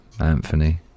Anthony